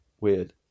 weird